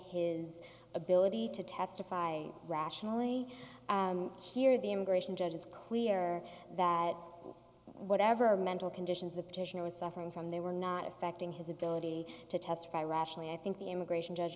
his ability to testify rationally here the immigration judge is clear that whatever mental conditions the petitioner was suffering from they were not affecting his ability to testify rationally i think the immigration judge